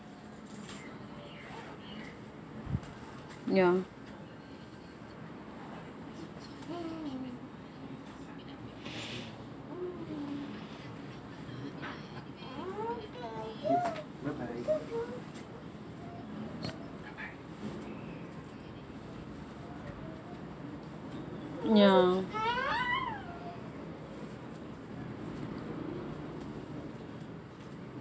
ya ya